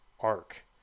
arc